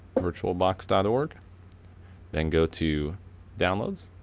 ah virtualbox dot org then go to downloads.